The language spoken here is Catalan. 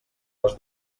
les